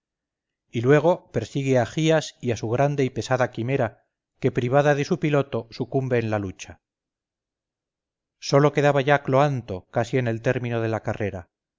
y luego persigue a gías y a su grande y pesada quimera que privada de su piloto sucumbe en la lucha sólo quedaba ya cloanto casi en el término de la carrera